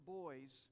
boys